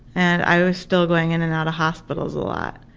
and i was still going in and out of hospitals a lot.